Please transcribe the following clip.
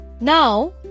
Now